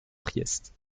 priest